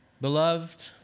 Beloved